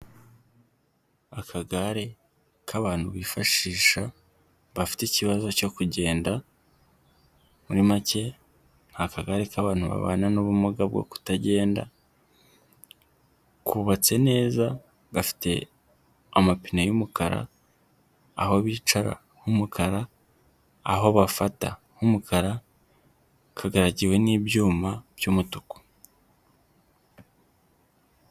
Akagare k'abantu bifashisha bafite ikibazo cyo kugenda, muri make nta kagari k'banntu babana n'ubumuga bwo kutagenda, kubabatse neza gafite amapine y'umukara aho bicara h'umukara aho bafata h'umukara, kagarayagiwe n'ibyuma by'umutuku.